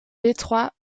détroit